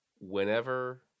whenever